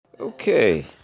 Okay